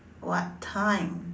what time